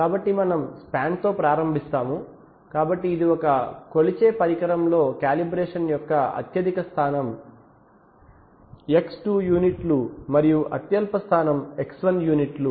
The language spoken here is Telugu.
కాబట్టి మనం స్పాన్ తో ప్రారంభిస్తాము కాబట్టి ఇది ఒక కొలిచే పరికరంలో కాలిబ్రేషన్ యొక్క అత్యధిక స్థానం X2 యూనిట్లు మరియు అత్యల్ప పాయింట్ X1 యూనిట్లు